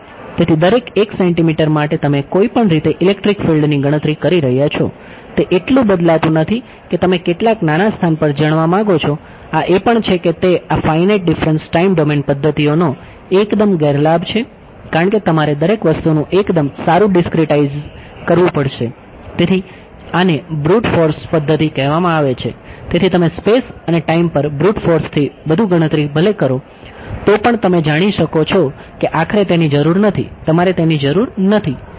તેથી દરેક 1 સેન્ટિમીટર માટે તમે કોઈપણ રીતે ઇલેક્ટ્રિક ફિલ્ડ પદ્ધતિ કહેવામાં આવે છે તેથી તમે સ્પેસ અને ટાઈમ પર બૃટ ફોર્સથી બધું ગણતરી ભલે કરો તો પણ તમે જાણો છો કે આખરે તેની જરૂર નથી તમારે તેની જરૂર નથી